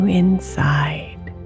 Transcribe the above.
inside